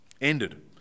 ended